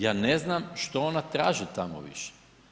Ja ne znam šta ona traži tamo više.